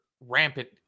rampant